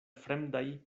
fremdaj